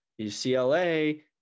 UCLA